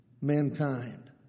mankind